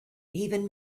even